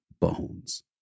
bones